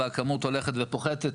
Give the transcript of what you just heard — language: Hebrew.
והכמות הולכת ופוחתת,